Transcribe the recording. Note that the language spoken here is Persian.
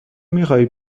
میخواهی